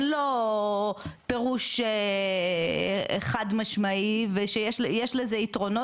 לו פירוש חד משמעי ושיש יש לזה יתרונות,